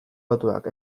batuak